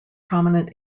prominent